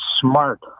smart